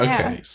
Okay